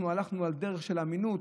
אנחנו הלכנו על דרך של אמינות,